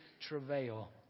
travail